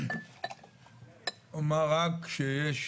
אומר רק שיש